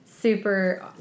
Super